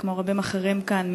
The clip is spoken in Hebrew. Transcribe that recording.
כמו רבים אחרים כאן,